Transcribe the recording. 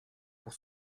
pour